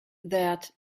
that